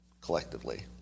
collectively